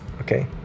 okay